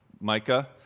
Micah